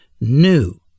new